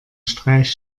streich